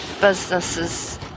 businesses